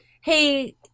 Hey